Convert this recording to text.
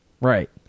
Right